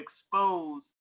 expose